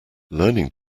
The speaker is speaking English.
learning